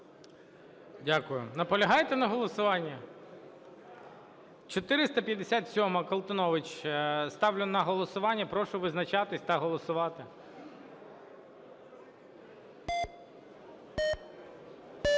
Дякую. Наполягаєте на голосуванні? 457-а. Колтунович. Ставлю на голосування і прошу визначатись та голосувати.